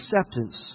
acceptance